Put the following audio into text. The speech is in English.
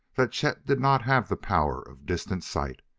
that chet did not have the power of distant sight,